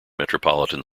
metropolitan